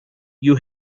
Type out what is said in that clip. you